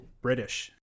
British